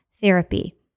therapy